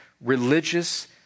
religious